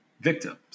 victims